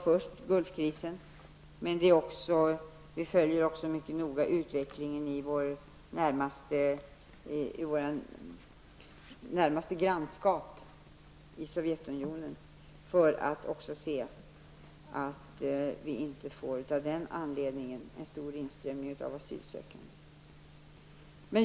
Först var det Gulfkrisen, men vi följer också mycket noga utvecklingen i vårt närmaste grannskap, dvs. i Sovjet, för att se att vi inte tillföljd av utvecklingen där får en stor inströmning av asylsökande.